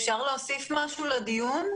אפשר להוסיף משהו לדיון?